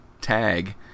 Tag